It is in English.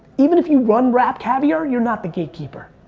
even if you run rap caveat your not the gatekeeper.